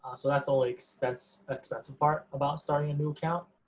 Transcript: so that's the only expensive expensive part about starting a new account,